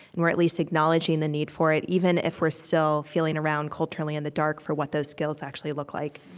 and we're at least acknowledging the need for it, even if we're still feeling around, culturally, in the dark for what those skills actually look like